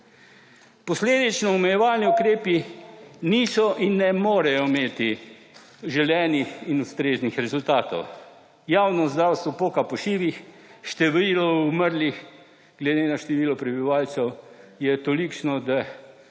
Posledično omejevalni ukrepi niso imeli in ne morejo imeti želenih in ustreznih rezultatov. Javno zdravstvo poka po šivih, število umrlih glede na število prebivalcev je tolikšno, da